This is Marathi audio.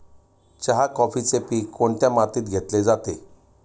चहा, कॉफीचे पीक कोणत्या मातीत घेतले जाते?